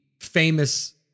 famous